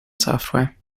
software